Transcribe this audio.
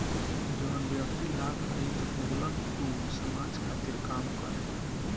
जवन व्यक्ति लाभ रहित होलन ऊ समाज खातिर काम करेलन